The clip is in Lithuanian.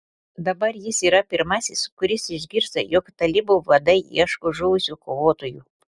dabar jis yra pirmasis kuris išgirsta jog talibų vadai ieško žuvusių kovotojų